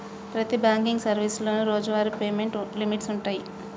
ప్రతి బాంకింగ్ సర్వీసులోనూ రోజువారీ పేమెంట్ లిమిట్స్ వుంటయ్యి